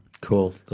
cool